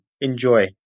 enjoy